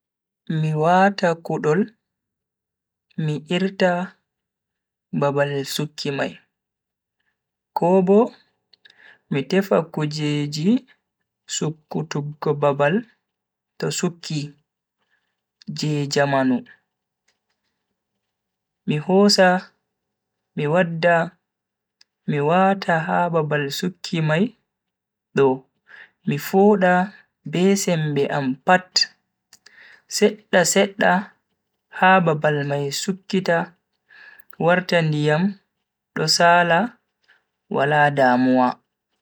Mi wata kudol mi irta babal sukki mai. ko bo mi tefa kujeji sukkutuggo babal to sukki je jamanu, mi hosa mi wadda mi wata ha babal sukki mai do mi fooda be sembe am pat, sedda sedda ha babal mai sukkita warta ndiyam do sala wala damuwa.